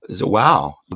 wow